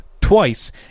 twice